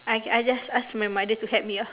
I I just ask my mother to help me out